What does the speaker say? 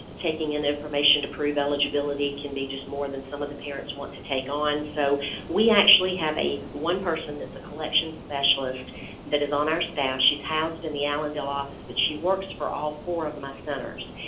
taking in information to prove eligibility can be more than some of the parents want to take on. so we actually have one person that is a collection specialist that is on our staff. she is housed in the allendale office but she works for all four of my centers.